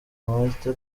marthe